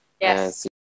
yes